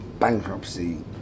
Bankruptcy